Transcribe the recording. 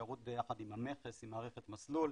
שירות ביחד עם המכס, עם מערכת מסלול.